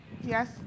Yes